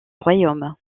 royaume